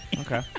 Okay